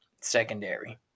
secondary